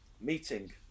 meeting